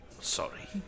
Sorry